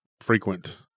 frequent